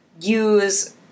use